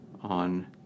on